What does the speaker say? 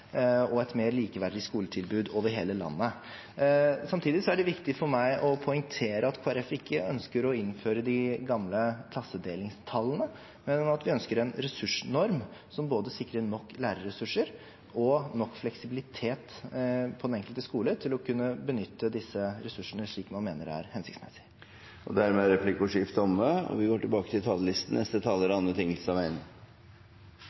og et mer likeverdig skoletilbud over hele landet. Samtidig er det viktig for meg å poengtere at Kristelig Folkeparti ikke ønsker å innføre de gamle klassedelingstallene, men at vi ønsker en ressursnorm som sikrer både nok lærerressurser og nok fleksibilitet på den enkelte skole til å kunne benytte disse ressursene slik man mener det er hensiktsmessig. Replikkordskiftet er omme. Politikk handler som kjent om å prioritere. Det er